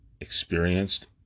experienced